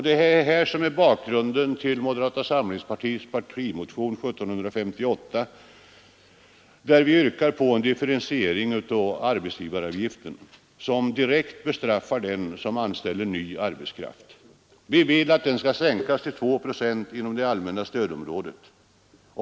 Detta är bakgrunden till moderata samlingspartiets partimotion nr 1758, där vi yrkar på en differentiering av arbetsgivaravgiften, som direkt bestraffar den som anställer ny arbetskraft. Vi vill att den skall sänkas till 2 procent inom det allmänna stödområdet.